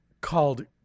called